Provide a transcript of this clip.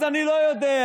אז אני לא יודע.